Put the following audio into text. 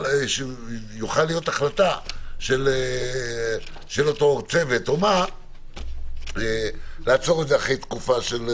שתוכל להיות החלטה של אותו צוות לעצור את זה אחרי תקופה.